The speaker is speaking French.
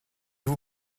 vous